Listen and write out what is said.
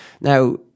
Now